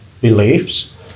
beliefs